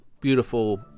beautiful